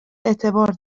اعتبار